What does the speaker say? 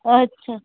અચ્છા